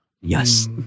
Yes